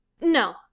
No